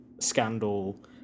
scandal